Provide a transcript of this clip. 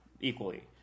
equally